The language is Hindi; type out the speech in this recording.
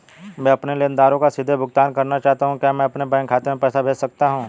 मैं अपने लेनदारों को सीधे भुगतान करना चाहता हूँ क्या मैं अपने बैंक खाते में पैसा भेज सकता हूँ?